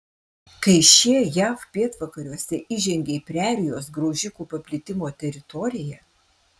kai šie jav pietvakariuose įžengė į prerijos graužikų paplitimo teritoriją